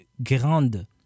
Grande